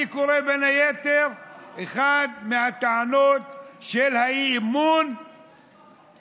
אני קורא, בין היתר, שאחת מהטענות של האי-אמון היא